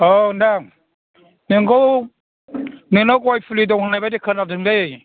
औ नोंथां नोंखौ नोंनाव गय फुलि दं होननाय बादि खोनादोंलै